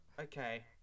Okay